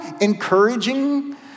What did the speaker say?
encouraging